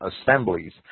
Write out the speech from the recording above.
assemblies